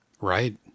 Right